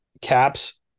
caps